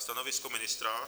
Stanovisko ministra?